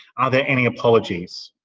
are there any apologies?